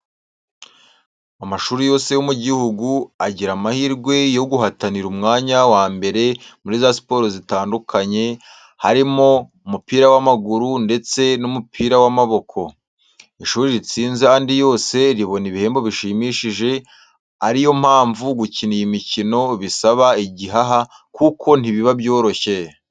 Amashuri yose yo mu gihugu agira amahirwe yo guhatanira umwanya wa mbere muri za siporo zitandukanye, harimo umupira w'amaguru ndetse n'umupira w'amaboko. Ishuri ritsinze andi yose ribona ibihembo bishimishije, ari yo mpamvu gukina iyi mikino bisaba igihaha kuko ntibiba byoroshye.